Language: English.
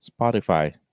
Spotify